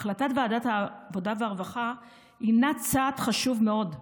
החלטת ועדת העבודה והרווחה הינה צעד חשוב מאוד,